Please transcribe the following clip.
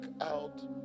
out